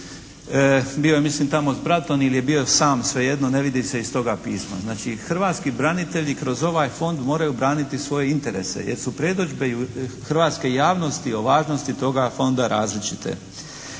Bio je mislim tamo s bratom ili je bio sam, svejedno, ne vidi se iz toga pisma. Znači hrvatski branitelji kroz ovaj Fond moraju braniti svoje interese jer su predodžbe hrvatske javnosti o važnosti toga Fonda različite.